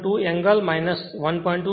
2 angle 1